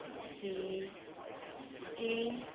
C K